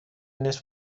نیست